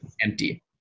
empty